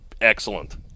excellent